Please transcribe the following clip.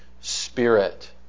Spirit